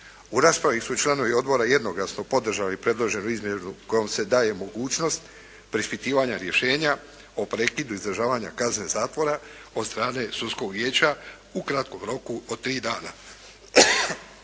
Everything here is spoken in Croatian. U raspravi su članovi odbora jednoglasno podržali predloženu izmjenu kojom se daje mogućnost preispitivanja rješenja o prekidu izdržavanja kazne zatvora od strane sudskog vijeća u kratkom roku od tri dana.